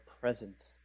presence